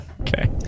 Okay